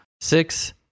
Six